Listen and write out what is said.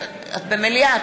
איילת נחמיאס ורבין,